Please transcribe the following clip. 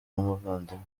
nk’umuvandimwe